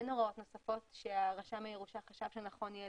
אין הוראות נוספות שרשם הירושה חשב שנכון יהיה